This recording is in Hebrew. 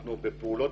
אנחנו בפעולות